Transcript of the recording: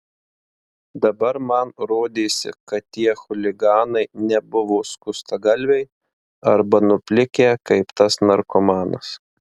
dabar man rodėsi kad tie chuliganai nebuvo skustagalviai arba nuplikę kaip tas narkomanas